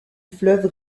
fleuve